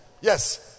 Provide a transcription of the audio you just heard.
Yes